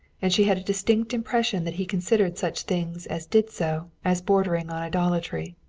and she had a distinct impression that he considered such things as did so as bordering on idolatry.